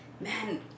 man